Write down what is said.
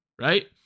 right